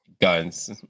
Guns